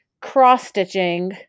cross-stitching